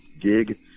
gig